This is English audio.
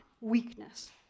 weakness